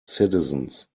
citizens